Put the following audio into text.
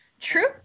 True